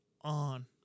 on